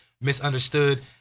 misunderstood